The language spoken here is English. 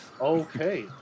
Okay